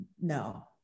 no